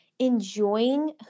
enjoying